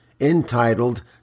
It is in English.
entitled